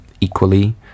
Equally